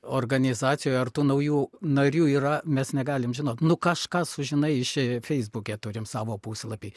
organizacijoj ar tų naujų narių yra mes negalim žinot nu kažką sužinai iš feisbuke turim savo puslapį